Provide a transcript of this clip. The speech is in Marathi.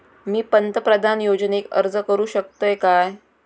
मी पंतप्रधान योजनेक अर्ज करू शकतय काय?